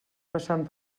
passant